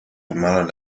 formaron